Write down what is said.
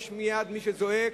יש מייד מי שזועק,